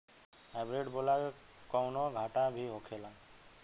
Hybrid बोला के कौनो घाटा भी होखेला?